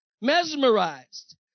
Mesmerized